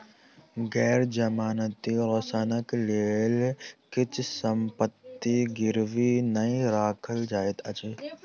गैर जमानती ऋणक लेल किछ संपत्ति गिरवी नै राखल जाइत अछि